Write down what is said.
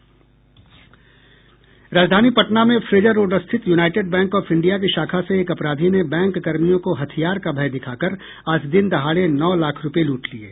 राजधानी पटना में Fraser road स्थित यूनाईटेड बैंक ऑफ इंडिया की शाखा से एक अपराधी ने बैंककर्मियों को हथियार का भय दिखाकर आज दिन दहाड़े नौ लाख रुपये लूट लिये